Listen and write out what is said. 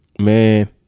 Man